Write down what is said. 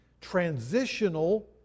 transitional